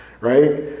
right